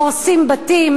הורסים בתים,